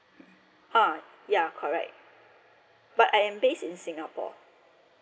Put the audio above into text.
ah ya correct but I am based in singapore